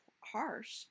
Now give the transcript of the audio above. harsh